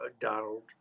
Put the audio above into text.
Donald